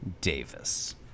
Davis